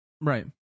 Right